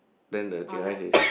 then the chicken rice is